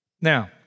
Now